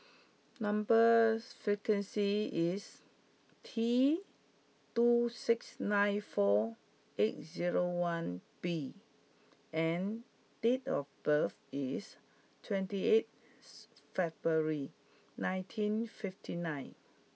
number sequence is T two six nine four eight zero one B and date of birth is twenty eighth February nineteen fifty nine